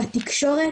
בתקשורת,